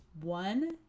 one